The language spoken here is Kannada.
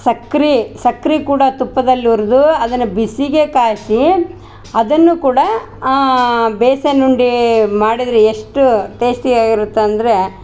ಸಕ್ರೆ ಸಕ್ರೆ ಕೂಡ ತುಪ್ಪದಲ್ಲಿ ಹುರ್ದು ಅದನ್ನ ಬಿಸಿಗೆ ಕಾಯಿಸಿ ಅದನ್ನು ಕೂಡ ಬೇಸನ್ ಉಂಡೆ ಮಾಡಿದರೆ ಎಷ್ಟು ಟೇಸ್ಟಿ ಆಗಿರತ್ತೆ ಅಂದರೆ